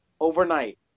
Overnight